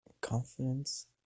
confidence